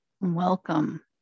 Welcome